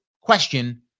question